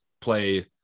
play